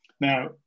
Now